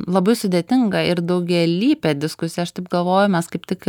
labai sudėtinga ir daugialypė diskusiją aš taip galvoju mes kaip tik